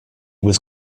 was